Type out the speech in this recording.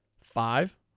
five